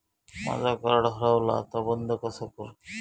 माझा कार्ड हरवला आता बंद कसा करू?